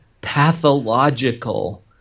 pathological